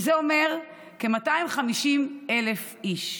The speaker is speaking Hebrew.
שזה אומר כ-250,000 איש,